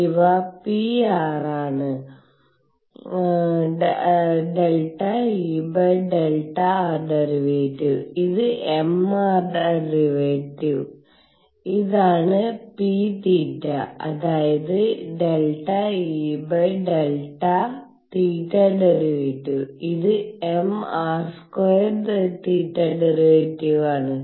ഇവ pr ആണ് ∂ E ∂r ̇ ഇത് mr ̇ ഇതാണ് pθ അതായത് ∂ E ∂θ̇ ഇത് mr² θ̇ ആണ്